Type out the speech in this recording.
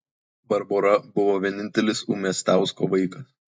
barbora buvo vienintelis umiastausko vaikas